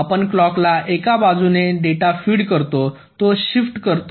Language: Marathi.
आपण क्लॉकला एका बाजूने डेटा फीड करतो तो शिफ्ट होतो